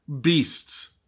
beasts